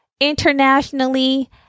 internationally